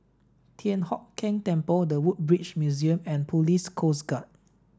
Thian Hock Keng Temple The Woodbridge Museum and Police Coast Guard